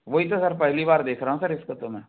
वही तो सर पहली बार देख रहा हूँ सर इसको तो मैं